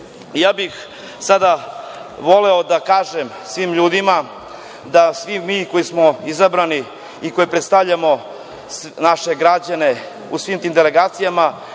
bih voleo da kažem svim ljudima, da svi mi koji smo izabrani i koji predstavljamo naše građane u svim tim delegacijama